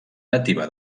nativa